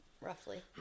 roughly